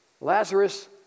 Lazarus